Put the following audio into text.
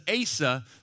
Asa